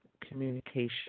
communication